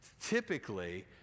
typically